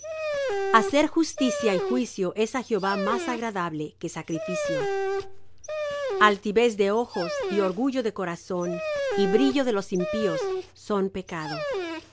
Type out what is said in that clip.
hacer justicia y juicio es á jehová más agradable que sacrificio altivez de ojos y orgullo de corazón y el brillo de los impíos son pecado los